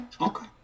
Okay